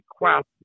request